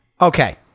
Okay